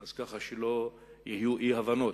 כך שלא יהיו אי-הבנות.